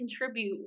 contribute